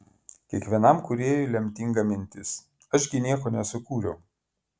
kiekvienam kūrėjui lemtinga mintis aš gi nieko nesukūriau